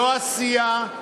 לא עשייה,